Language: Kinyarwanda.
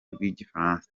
rw’igifaransa